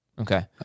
Okay